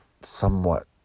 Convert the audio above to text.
somewhat